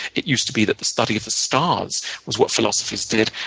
it used to be the study of stars was what philosophers did.